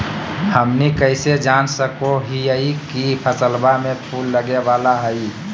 हमनी कइसे जान सको हीयइ की फसलबा में फूल लगे वाला हइ?